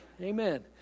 Amen